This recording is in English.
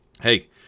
hey